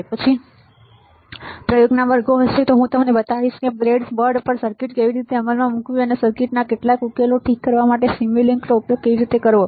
તે પછી પ્રયોગના વર્ગો હશે જ્યાં હું તમને બતાવીશ કે બ્રેડબોર્ડ પર સર્કિટ કેવી રીતે અમલમાં મૂકવી અને સર્કિટના કેટલાક ઉકેલો ઠીક કરવા માટે સિમ્યુલિંકનો ઉપયોગ કેવી રીતે કરવો